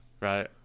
right